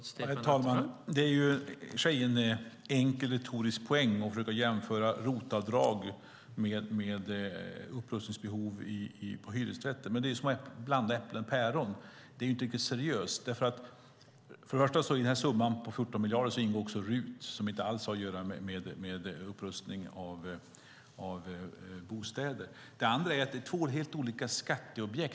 Herr talman! Det är i och för sig en enkel retorisk poäng att jämföra ROT-avdrag med upprustningsbehov hos hyresrätter. Det är som att blanda äpplen och päron. Det är inte riktigt seriöst. För det första ingår i summan 14 miljarder RUT som inte alls har att göra med upprustning av bostäder. Det andra är att det är två helt olika skatteobjekt.